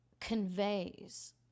conveys